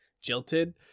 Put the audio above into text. jilted